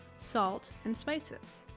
salt, and spices.